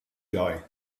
guy